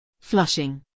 flushing